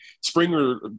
Springer